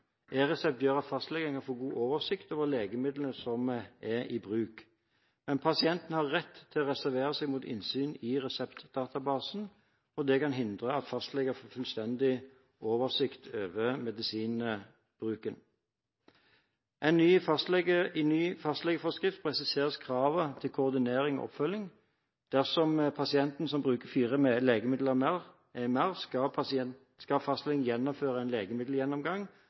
at fastlegen kan få god oversikt over legemidlene som er i bruk. Men pasienten har rett til å reservere seg mot innsyn i reseptdatabasen, og det kan hindre at fastleger får fullstendig oversikt over medisinbruken. I ny fastlegeforskrift presiseres kravet til koordinering og oppfølging. Dersom pasienten bruker fire legemidler eller mer, skal fastlegen gjennomføre en legemiddelgjennomgang